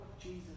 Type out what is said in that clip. Jesus